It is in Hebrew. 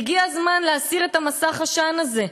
והגיע הזמן להסיר את מסך העשן הזה.